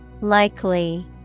Likely